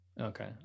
Okay